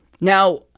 Now